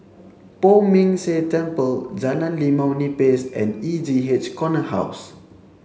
Poh Ming Tse Temple Jalan Limau Nipis and E J H Corner House